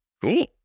Cool